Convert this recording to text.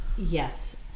Yes